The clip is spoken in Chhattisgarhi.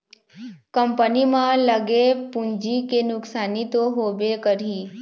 कंपनी म लगे पूंजी के नुकसानी तो होबे करही